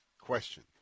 question